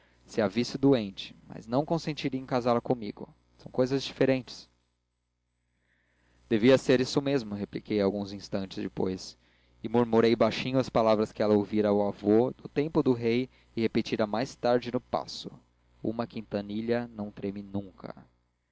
se a visse doente mas não consentiria em casá la comigo são cousas diferentes devia ser isso mesmo repliquei alguns instantes depois e murmurei baixinho as palavras que ela ouvira ao avô no tempo do rei e repetira mais tarde no paço uma quintanilha não trame nunca